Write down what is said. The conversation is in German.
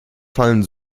fallen